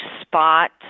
spot